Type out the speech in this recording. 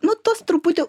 nu tuos truputį